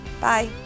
Bye